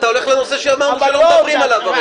אתה הולך לנושא שאמרנו שלא מדברים עליו כרגע.